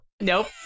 Nope